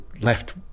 left